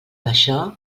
això